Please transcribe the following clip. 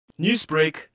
Newsbreak